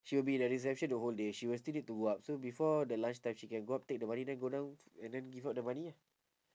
she will be at the reception the whole day she will still need to go up so before the lunch time she can go up take the money then go down and then give out the money ah